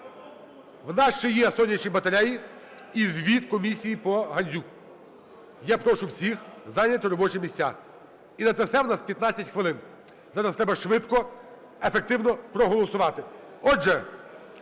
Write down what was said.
В нас ще є сонячні батареї і звіт комісії по Гандзюк. Я прошу всіх зайняти робочі місця. І на це все в нас 15 хвилин. Зараз треба швидко ефективно проголосувати.